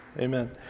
Amen